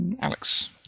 Alex